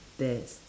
test